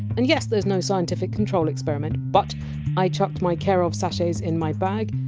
and yes, there! s no scientific control experiment, but i chucked my care of sachets in my bag,